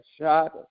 shot